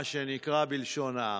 מה שנקרא בלשון העם.